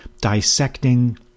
dissecting